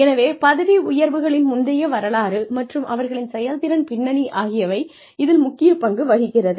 எனவே பதவி உயர்வுகளின் முந்தைய வரலாறு மற்றும் அவர்களின் செயல்திறன் பின்னணி ஆகியவை இதில் முக்கிய பங்கு வகிக்கிறது